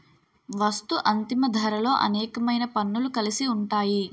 వస్తూ అంతిమ ధరలో అనేకమైన పన్నులు కలిసి ఉంటాయి